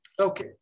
Okay